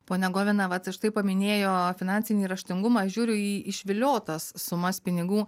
ponia govina va ir štai paminėjo finansinį raštingumą žiūriu į išviliotas sumas pinigų